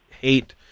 hate